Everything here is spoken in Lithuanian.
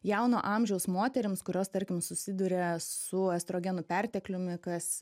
jauno amžiaus moterims kurios tarkim susiduria su estrogenų pertekliumi kas